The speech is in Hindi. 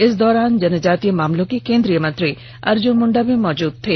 इस दौरान जनजातीय मामलों के केन्द्रीय मंत्री अर्जुन मुंडा भी मौजूद थे